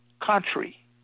country